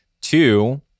Two